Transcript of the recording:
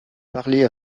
parlée